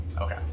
Okay